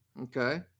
okay